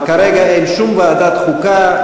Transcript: כרגע אין שום ועדת חוקה.